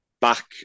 back